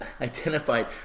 identified